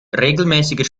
regelmäßiger